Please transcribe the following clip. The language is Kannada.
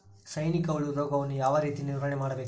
ಸೈನಿಕ ಹುಳು ರೋಗವನ್ನು ಯಾವ ರೇತಿ ನಿರ್ವಹಣೆ ಮಾಡಬೇಕ್ರಿ?